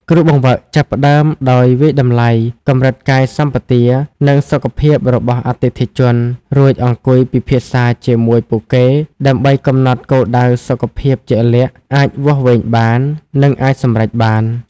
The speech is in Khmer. គ្រូបង្វឹកចាប់ផ្ដើមដោយវាយតម្លៃកម្រិតកាយសម្បទា និងសុខភាពរបស់អតិថិជន រួចអង្គុយពិភាក្សាជាមួយពួកគេដើម្បីកំណត់គោលដៅសុខភាពជាក់លាក់ អាចវាស់វែងបាន និងអាចសម្រេចបាន។